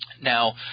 Now